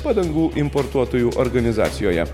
padangų importuotojų organizacijoje